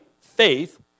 faith